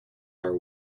are